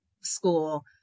school